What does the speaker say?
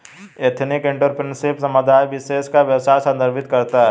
ethnic entrepreneurship समुदाय विशेष का व्यवसाय संदर्भित करता है